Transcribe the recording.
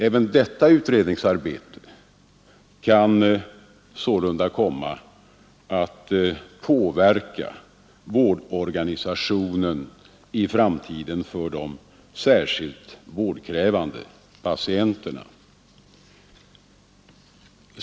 Även detta utredningsarbete kan sålunda i framtiden komma att påverka vårdorganisationen för de särskilt vårdkrävande patienterna.